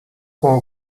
com